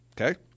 Okay